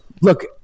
Look